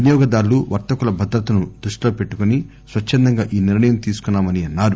వినియోగదారులు వర్తకుల భద్రతను దృష్టిలో పెట్టుకుని స్పచ్చందంగా ఈ నిర్ణయం తీసుకున్నా మన్నారు